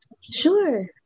sure